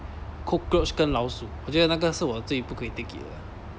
cockroach 跟老鼠我觉得那个是我最不可以 take it